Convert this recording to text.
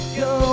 go